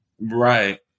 right